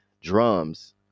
drums